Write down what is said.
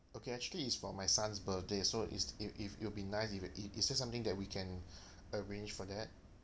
okay actually it's for my son's birthday so is if if it'll be nice if is there something that we can arrange for that